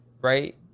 right